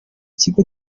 kigo